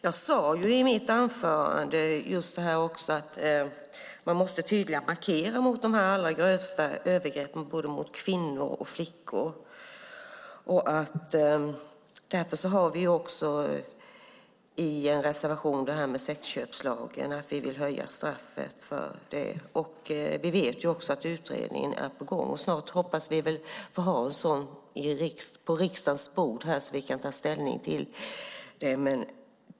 Jag sade i mitt anförande att man tydligare måste markera mot de allra grövsta övergreppen mot både kvinnor och flickor. Därför har vi en reservation när det gäller sexköpslagen om att vi vill höja straffet för detta. Vi vet också att utredningen är på gång. Vi hoppas att vi snart har den på riksdagens bord, så att vi kan ta ställning till den.